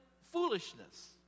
foolishness